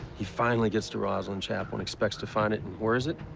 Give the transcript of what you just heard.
he finally gets to rosslyn chapel and expects to find it, and where is it?